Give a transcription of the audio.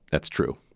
that's true.